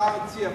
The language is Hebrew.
השר הציע משהו,